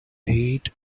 heat